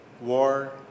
war